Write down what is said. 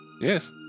Yes